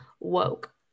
woke